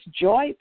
joy